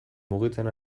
mugitzen